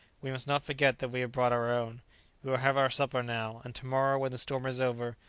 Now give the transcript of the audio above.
we must not forget that we have brought our own. we will have our supper now, and to-morrow, when the storm is over,